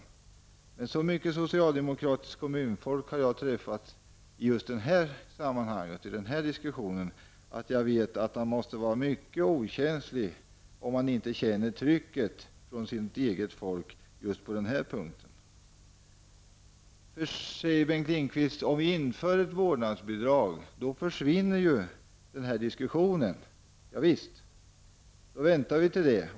Jag har emellertid träffat så mycket socialdemokratiskt kommunfolk i detta sammanhang att jag vet att han måste vara mycket okänslig om han inte känner trycket från sitt eget folk just på denna punkt. Bengt Lindqvist säger att om vi inför ett vårdnadsbidrag försvinner denna diskussion. Javisst, då väntar vi till dess.